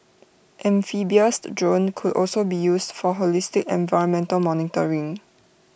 amphibious drones could also be used for holistic environmental monitoring